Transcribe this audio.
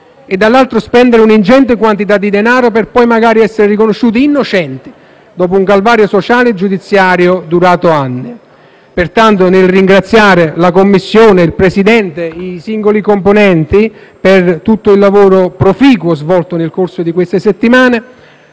e, dall'altro, spendere un ingente quantità di denaro per poi magari essere riconosciuti innocenti dopo un calvario sociale e giudiziario durato anni. Pertanto, nel ringraziare la Commissione, il Presidente e i suoi singoli componenti per tutto il lavoro proficuo svolto nel corso di queste settimane,